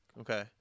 okay